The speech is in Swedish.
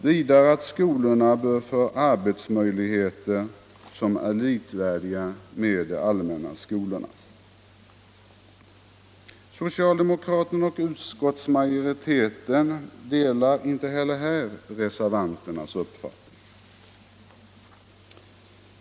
Vidare anser man att skolorna bör få arbetsmöjligheter som är likvärdiga med de allmänna skolornas. Riktlinjer för Socialdemokraterna och utskottsmajoriteten delar inte heller här re = invandraroch servanternas uppfattning.